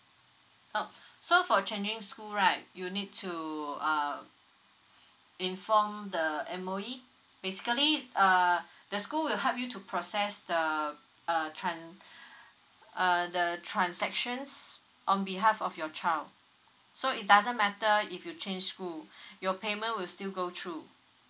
uh so for changing school right you need to uh inform the M_O_E basically uh the school will help you to process the uh tran uh the transactions on behalf of your child so it doesn't matter if you change school your payment will still go through